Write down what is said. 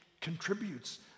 contributes